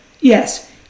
yes